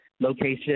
location